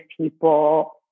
people